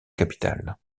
capitale